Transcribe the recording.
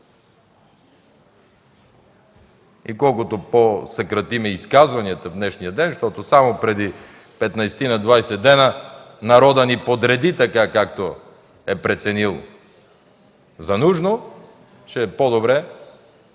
може да посъкратим изказванията в днешния ден, защото само преди 15-20 дни народът ни подреди така, както е преценил за нужно, ще е по-добре